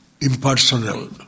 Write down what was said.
impersonal